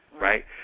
right